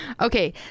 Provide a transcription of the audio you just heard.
Okay